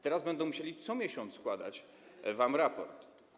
Teraz będą musieli co miesiąc składać wam raport.